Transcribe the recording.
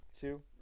two